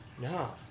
no